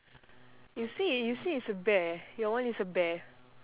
you say you say it's bear your one is a bear